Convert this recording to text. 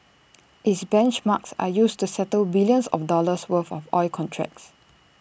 its benchmarks are used to settle billions of dollars worth of oil contracts